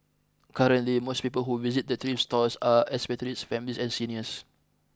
currently most people who visit the thrift stores are expatriates families and seniors